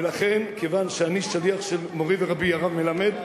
ולכן, כיוון שאני שליח של מורי ורבי, הרב מלמד,